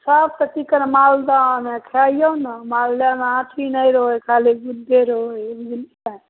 सबसँ चिक्कन मालदह आम हइ खाइऔ ने मालदहमे आँठी नहि रहै हइ खाली गुद्दे रहै हइ बुझलिए